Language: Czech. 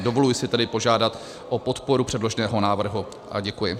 Dovoluji si tedy požádat o podporu předloženého návrhu a děkuji.